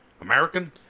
American